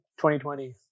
2020